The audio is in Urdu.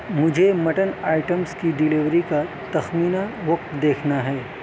مجھے مٹن آئٹمز کی ڈیلیوری کا تخمینہ وقت دیکھنا ہے